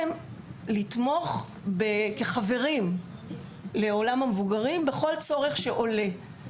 ולתמוך בכל צורך שעולה בעולם המבוגרים, כחברים.